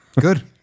Good